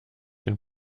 den